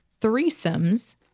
threesomes